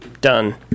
done